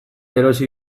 erosi